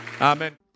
Amen